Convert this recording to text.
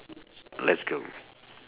let's go